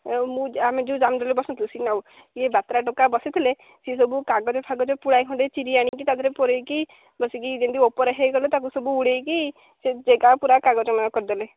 ଆଉ ମୁଁ ଆମେ ଯେଉଁ ରାମଦୋଳିରେ ବସି ନଥିଲୁ ସେ ଇଏ ବାତେରା ଟୋକା ବସିଥିଲେ ସେ ସବୁ କାଗଜ ଫାଗଜ ପୁଳାଏ ଖଣ୍ଡେଇ ଚିରି ଆଣିକି ତା' ଦେହରେ ପୁରେଇକି ବସିକି ଯେମିତି ଓପରେ ହେଇଗଲେ ତାକୁ ସବୁ ଉଡ଼େଇକି ସେ ଜେଗା ପୁରା କାଗଜମୟ କରିଦେଲେ